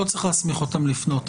לא צריך להסמיך אותם לפנות,